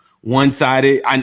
one-sided